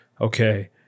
okay